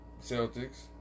Celtics